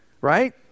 Right